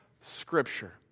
Scripture